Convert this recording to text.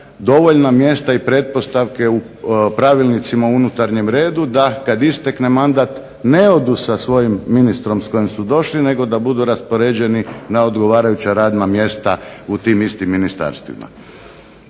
dovoljna mjesta i pretpostavke u pravilnicima o unutarnjem redu da kada istekne mandat ne odu sa svojim ministrom s kojim su došli nego da budu raspoređeni na odgovarajuća radna mjesta u tim istim ministarstvima.